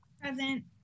Present